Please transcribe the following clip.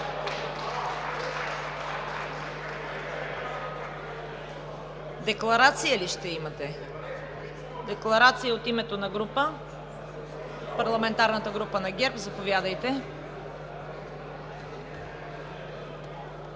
Декларация ли ще имате? Декларация от името на парламентарната група на ГЕРБ – заповядайте.